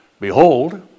Behold